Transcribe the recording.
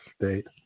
State